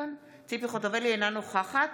אינה נוכחת